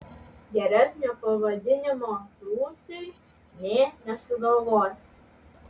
geresnio pavadinimo rūsiui nė nesugalvosi